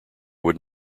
would